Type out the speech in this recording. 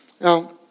Now